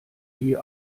die